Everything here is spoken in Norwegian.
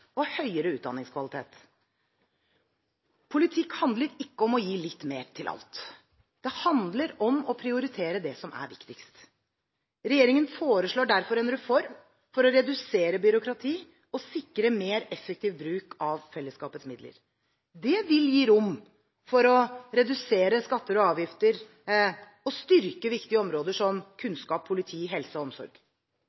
og høyere utdanningskvalitet. Politikk handler ikke om å gi litt mer til alt. Det handler om å prioritere det som er viktigst. Regjeringen foreslår derfor en reform for å redusere byråkrati og sikre mer effektiv bruk av fellesskapets midler. Det vil gi rom for å redusere skatter og avgifter og å styrke viktige områder som